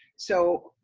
so,